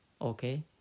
okay